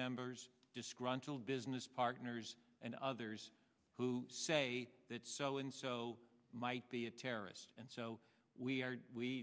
members disgruntled business partners and others who say that so and so might be a terrorist and so we are